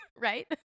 right